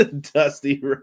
Dusty